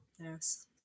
yes